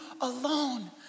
alone